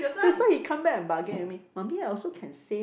that's why he come back and bargain with me mummy ah I also can save